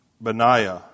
Benaiah